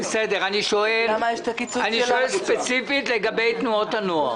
אני שואל ספציפית לגבי תנועות הנוער.